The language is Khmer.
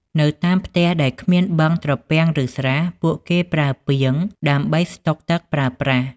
នៅតាមផ្ទះដែលគ្មានបឹង ត្រពាំង ឬស្រះ ពួកគេប្រើពាង ដើម្បីស្តុកទឹកប្រើប្រាស់។